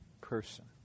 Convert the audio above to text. person